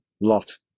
Lot